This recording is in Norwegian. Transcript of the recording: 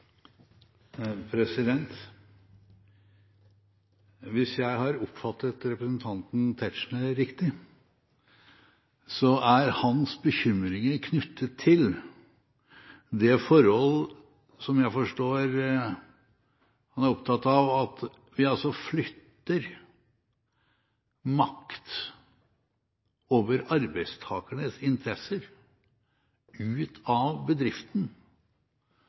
Tetzschner riktig, er hans bekymringer knyttet til det forhold, som jeg forstår han er opptatt av, at vi flytter makt over arbeidstakernes interesser ut av bedriften